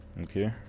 okay